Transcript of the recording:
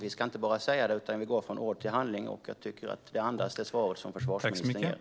Vi ska inte bara säga det, utan vi går från ord till handling, och jag tycker att svaret som försvarsministern ger andas detta.